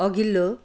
अघिल्लो